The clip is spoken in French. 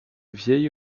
vieil